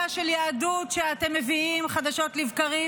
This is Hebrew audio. של יהדות שאתם מביאים חדשות לבקרים.